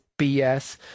BS